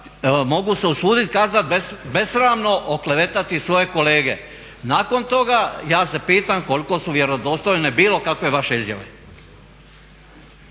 mogu se usudit kazat besramno oklevetati svoje kolege. Nakon toga ja se pitam koliko su vjerodostojne bilo kakve vaše izjave.